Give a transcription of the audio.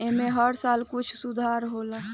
ऐमे हर साल कुछ सुधार होला